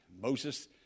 Moses